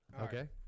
Okay